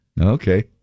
Okay